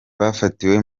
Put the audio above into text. bafatiwe